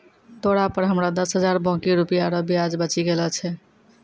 तोरा पर हमरो दस हजार बाकी रुपिया रो ब्याज बचि गेलो छय